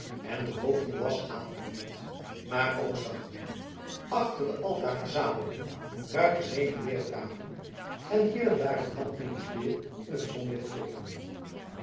en de hoofden was aangegroeid maar ook zag men achter de aldaar verzamelden ruiters heen en weer draven en hier en daar een helm en een speer in t zonlicht flikkeren